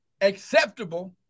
acceptable